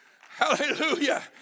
Hallelujah